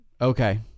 Okay